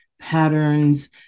Patterns